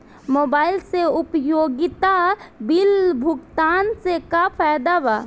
Mobile से उपयोगिता bill भुगतान से का फायदा बा?